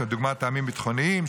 כדוגמת טעמים ביטחוניים,